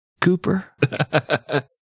Cooper